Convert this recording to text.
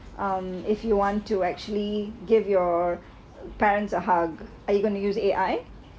um if you want to actually give your parents a hug or you going to use A_I